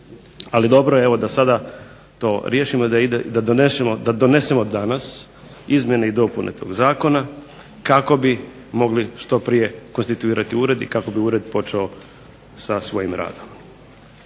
Ali dobro je da sada to riješimo i da donesemo dana izmjene i dopune tog zakona kako bi mogli što prije konstituirati ured i kako bi ured počeo sa svojim radom.